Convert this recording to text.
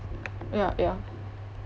ya ya